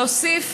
להוסיף